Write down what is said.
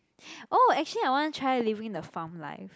oh actually I want try living in the farm life